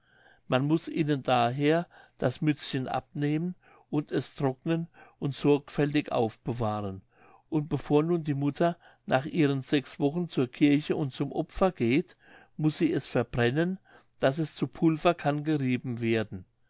man muß ihnen daher das mützchen abnehmen und es trocknen und sorgfältig aufbewahren und bevor nun die mutter nach ihren sechswochen zur kirche und zum opfer geht muß sie es verbrennen daß es zu pulver kann gerieben werden